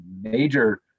major